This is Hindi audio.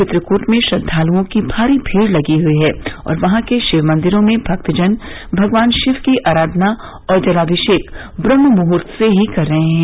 वित्रकूट में श्रद्वाल्ओं की मारी भीड़ लगी हई है और वहां के शिवमंदिरों में भक्तजन भगवान शिव की अराधना और जलामिषेक ब्रम्मुहूर्त से ही कर रहे हैं